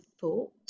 thought